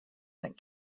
that